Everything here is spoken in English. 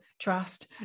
trust